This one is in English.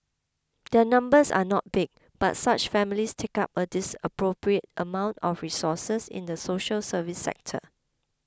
their numbers are not big but such families take up a dis appropriate amount of resources in the social service sector